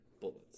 bullets